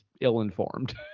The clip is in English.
ill-informed